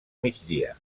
migdia